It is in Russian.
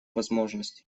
возможность